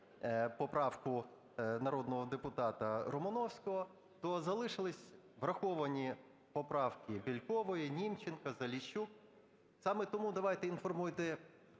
поправку народного депутата Романовського, то залишилися враховані поправки Бєлькової, Німченка, Заліщука. Саме тому давайте інформуйте